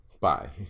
Bye